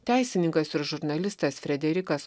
teisininkas ir žurnalistas frederikas